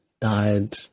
died